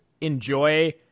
enjoy